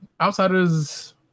Outsiders